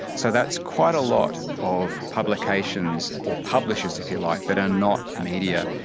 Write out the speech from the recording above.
so that's quite a lot of publications or publishers, if you like, that are not media.